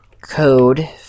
code